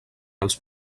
els